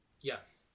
Yes